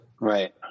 Right